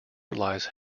relies